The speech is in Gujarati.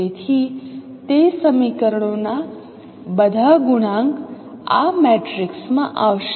તેથી તે સમીકરણોના બધા ગુણાંક આ મેટ્રિક્સમાં આવશે